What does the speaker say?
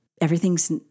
everything's